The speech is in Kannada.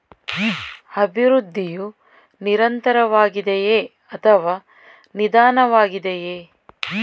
ಅಭಿವೃದ್ಧಿಯು ನಿರಂತರವಾಗಿದೆಯೇ ಅಥವಾ ನಿಧಾನವಾಗಿದೆಯೇ?